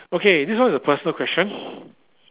okay this one is a personal question